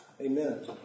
Amen